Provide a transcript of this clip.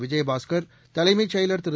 விஜயபாஸ்கர் தலைமைச் செயலாளர் திரு